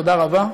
תודה רבה,